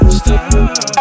stop